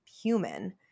human